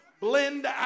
blend